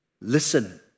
Listen